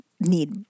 need